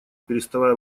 переставая